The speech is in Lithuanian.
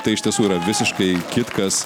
tai iš tiesų yra visiškai kitkas